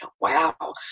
Wow